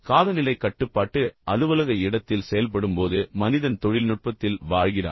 காலநிலை கட்டுப்பாட்டு அலுவலக இடத்தில் செயல்படும்போது மனிதன் தொழில்நுட்பத்தில் வாழ்கிறான்